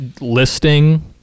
listing